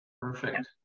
Perfect